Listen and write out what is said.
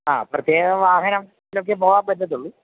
ആ പ്രത്യേക വാഹനത്തിലൊക്കെ പോകാൻ പറ്റത്തുള്ളു